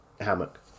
hammock